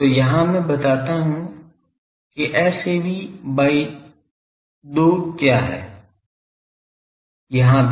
तो यहाँ मैं बताता हूँ कि Sav by 2 क्या है यहाँ भी